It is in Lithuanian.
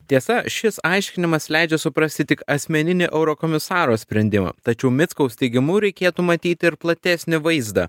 tiesa šis aiškinimas leidžia suprasti tik asmeninį eurokomisaro sprendimą tačiau mickaus teigimu reikėtų matyti ir platesnį vaizdą